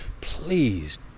please